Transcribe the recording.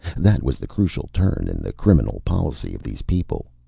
that was the crucial turn in the criminal policy of these people.